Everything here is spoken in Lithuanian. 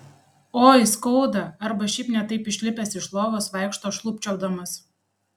oi skauda arba šiaip ne taip išlipęs iš lovos vaikšto šlubčiodamas